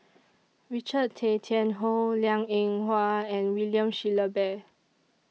Richard Tay Tian Hoe Liang Eng Hwa and William Shellabear